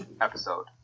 Episode